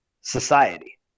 society